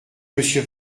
monsieur